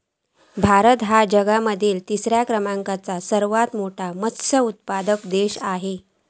भारत ह्यो जगा मधलो तिसरा क्रमांकाचो सर्वात मोठा मत्स्य उत्पादक देश आसा